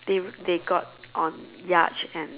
they they got on yacht and